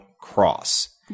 cross